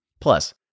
Plus